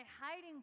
hiding